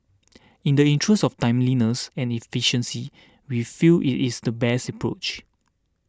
in the interest of timeliness and efficiency we feel it is the best approach